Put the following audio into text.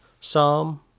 psalm